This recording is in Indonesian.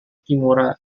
kimura